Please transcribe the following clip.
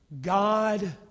God